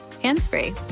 hands-free